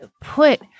put